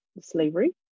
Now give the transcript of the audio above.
slavery